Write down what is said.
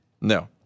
No